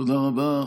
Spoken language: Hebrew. תודה רבה.